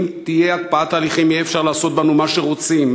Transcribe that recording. אם תהיה הקפאת הליכים יהיה אפשר לעשות בנו מה שרוצים,